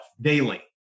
daily